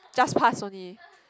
just pass only